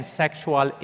sexual